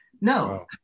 No